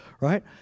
right